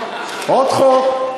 עוד חוק?